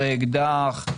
אקדח,